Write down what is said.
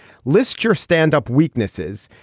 list your standup weaknesses.